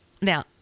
Now